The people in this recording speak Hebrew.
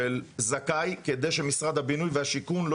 של זכאי כדי שמשרד הבינוי והשיכון לא